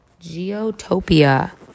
Geotopia